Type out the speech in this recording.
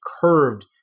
curved